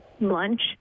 lunch